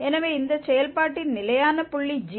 எனவே இந்த செயல்பாட்டின் நிலையான புள்ளி g